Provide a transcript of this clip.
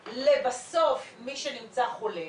למי שנמצא חולה,